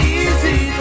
easy